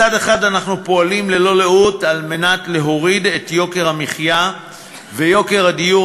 מצד אחד אנחנו פועלים ללא לאות להוריד את יוקר המחיה ויוקר הדיור,